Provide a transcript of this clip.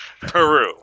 Peru